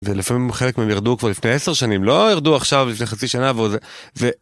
ולפעמים חלק מהם ירדו כבר לפני עשר שנים, לא ירדו עכשיו, לפני חצי שנה ו...